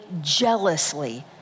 jealously